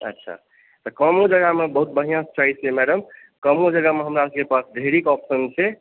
अच्छा तऽ कमो जगहमे बहुत बढ़िआँ सही छै मैडम कमो जगहमे हमरा सभके पास ढेरीक ऑप्शन छै